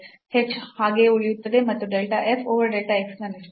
h ಹಾಗೆಯೇ ಉಳಿಯುತ್ತದೆ ಮತ್ತು del f over del x ನ ನಿಷ್ಪನ್ನ